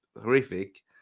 horrific